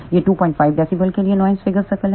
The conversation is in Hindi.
यह 25 db के लिए नॉइस फिगर सर्कल है